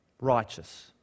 righteous